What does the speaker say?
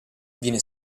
viene